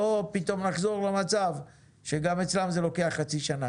לא פתאום לחזור למצב שגם אצלן זה לוקח חצי שנה.